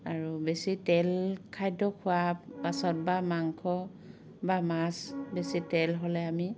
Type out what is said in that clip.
আৰু বেছি তেল খাদ্য খোৱা পাছত বা মাংস বা মাছ বেছি তেল হ'লে আমি